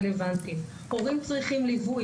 הורים צריכים ליווי.